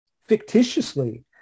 fictitiously